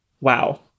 Wow